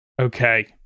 Okay